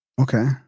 Okay